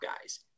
guys